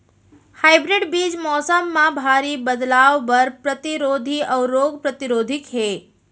hybrid बीज मौसम मा भारी बदलाव बर परतिरोधी अऊ रोग परतिरोधी हे